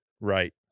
Right